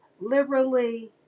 liberally